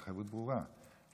התחייבות ברורה,